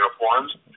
uniforms